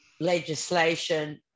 legislation